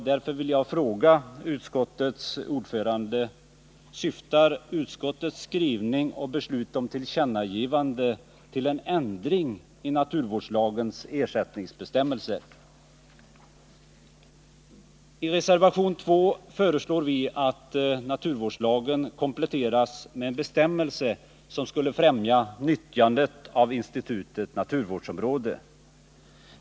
Därför vill jag fråga utskottets ordförande: Syftar utskottets skrivning och hemställan om tillkännagivande till en ändring i naturvårdslagens ersättningsbestämmelser? I reservation 2 föreslår vi att naturvårdslagen kompletteras med en bestämmelse som skall främja nyttjandet av institutet naturvårdsområde.